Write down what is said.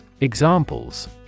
Examples